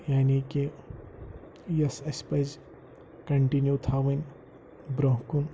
یعنی کہِ یۄس اَسہِ پَزِ کَنٹِنیوٗ تھاوٕنۍ برٛۄنٛہہ کُن